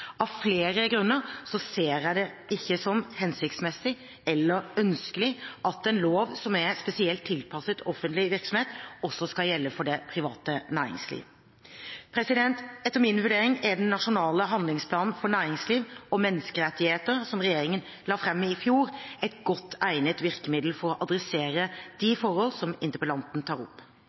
Av flere grunner ser jeg det ikke som hensiktsmessig eller ønskelig at en lov som er spesielt tilpasset offentlig virksomhet, også skal gjelde for det private næringsliv. Etter min vurdering er den nasjonale handlingsplanen for næringsliv og menneskerettigheter, som regjeringen la frem i fjor, et godt egnet virkemiddel for å adressere de forholdene som interpellanten tar opp.